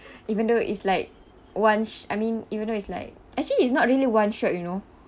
even though is like one sh~ I mean even though is like actually it's not really one shot you know